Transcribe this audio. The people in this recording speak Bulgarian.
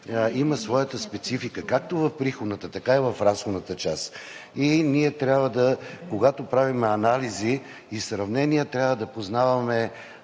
има своята специфика както в приходната, така и в разходната част и ние трябва, когато правим анализи и сравнения, трябва да познаваме,